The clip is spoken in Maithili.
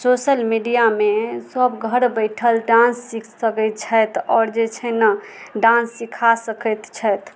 सोशल मीडियामे सब घर बैठल डान्स सीख सकै छथि आओर जे छै ने डान्स सीखा सकैत छथि